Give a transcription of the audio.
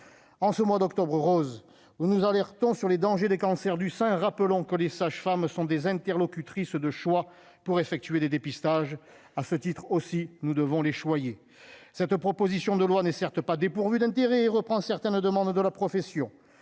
en ce mois d'octobre rose où nous alertons sur les dangers des cancers du sein, rappelons que les sages-femmes sont des interlocutrices de choix pour effectuer des dépistages à ce titre aussi, nous devons les choyer cette proposition de loi n'est certes pas dépourvue d'intérêt, il reprend certaines demandes de la profession,